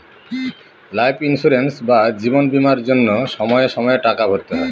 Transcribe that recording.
life insurance বা জীবন বীমার জন্য সময়ে সময়ে টাকা ভরতে হয়